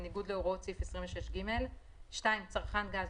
בניגוד להוראות סעיף 26(ג); צרכן גז,